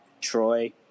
Troy